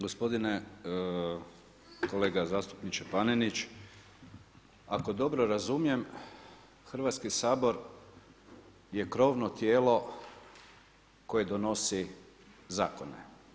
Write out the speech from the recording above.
Gospodine kolega zastupniče Panenić, ako dobro razumijem, Hrvatski sabor je krovno tijelo koje donosi zakone.